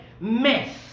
mess